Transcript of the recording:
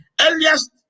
earliest